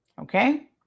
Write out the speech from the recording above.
Okay